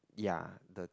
ya the